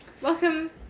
Welcome